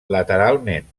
lateralment